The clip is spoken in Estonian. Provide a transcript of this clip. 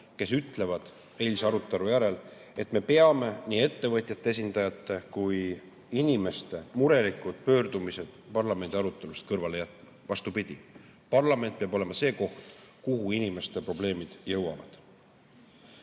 kes ütlevad eilse arutelu järel, et me peame nii ettevõtjate esindajate kui ka inimeste murelikud pöördumised parlamendi arutelust kõrvale jätma. Vastupidi, parlament peab olema see koht, kuhu inimeste probleemid jõuavad.